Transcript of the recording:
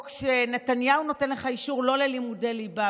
או כשנתניהו נותן לך אישור לא ללמוד לימודי ליבה,